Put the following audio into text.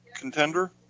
contender